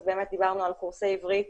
אז דיברנו על קורסי עברית